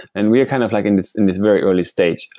and we are kind of like in this in this very early stage.